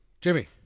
Jimmy